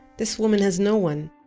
this woman has no one.